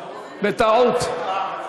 בטעות.